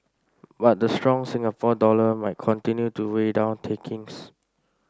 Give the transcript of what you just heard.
but the strong Singapore dollar might continue to weigh down takings